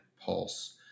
pulse